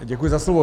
Děkuji za slovo.